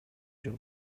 жок